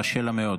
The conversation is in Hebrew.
קשה לה מאוד.